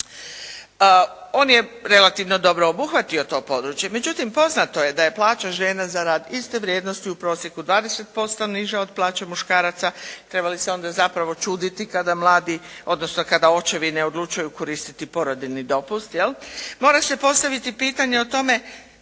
On je relativno dobro obuhvatio to područje. Međutim, poznato je da je plaća žena za rad iste vrijednosti u prosjeku 20% niža od plaće muškaraca, treba li se onda zapravo čuditi kad mladi, odnosno kada očevi ne odlučuju koristiti porodiljni dopust. Mora